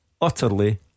Utterly